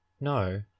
No